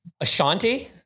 Ashanti